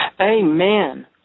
Amen